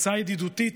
הצעה ידידותית,